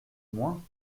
moins